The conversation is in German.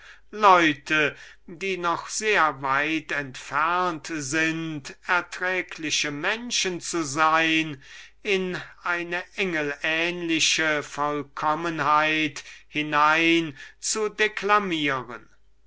leute welche noch sehr weit entfernt sind erträgliche menschen zu sein in eine engelähnliche vollkommenheit hinein zu